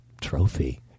trophy